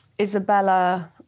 Isabella